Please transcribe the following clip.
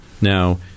Now